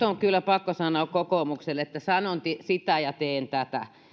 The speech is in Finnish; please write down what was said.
on kyllä pakko sanoa kokoomukselle että sanon sitä ja teen tätä